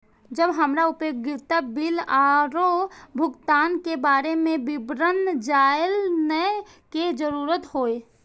जब हमरा उपयोगिता बिल आरो भुगतान के बारे में विवरण जानय के जरुरत होय?